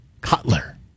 Cutler